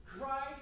Christ